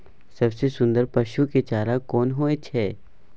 सबसे सुन्दर पसु के चारा कोन होय छै?